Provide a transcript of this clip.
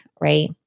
Right